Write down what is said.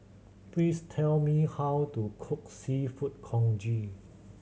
please tell me how to cook Seafood Congee